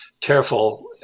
careful